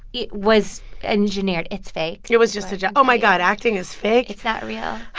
it was engineered. it's fake it was just a oh, my god. acting is fake it's not real.